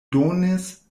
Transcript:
donis